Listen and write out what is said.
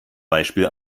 beispiel